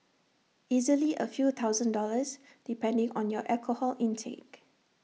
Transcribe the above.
easily A few thousand dollars depending on your alcohol intake